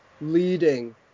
leading